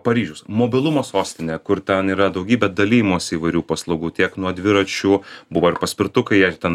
paryžius mobilumo sostinė kur ten yra daugybė dalijimosi įvairių paslaugų tiek nuo dviračių buvo ir paspirtukai ar ten